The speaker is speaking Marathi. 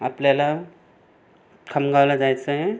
आपल्याला खामगावला जायचं आहे